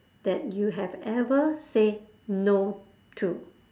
that you have ever say no to